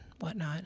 whatnot